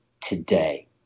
today